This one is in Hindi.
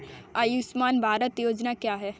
आयुष्मान भारत योजना क्या है?